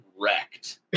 wrecked